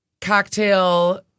cocktail